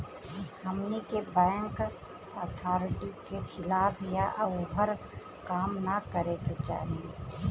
हमनी के bank authority के खिलाफ या ओभर काम न करे के चाही